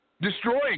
Destroying